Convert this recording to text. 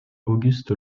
auguste